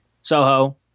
Soho